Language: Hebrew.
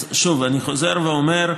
שוב, אני חוזר ואומר,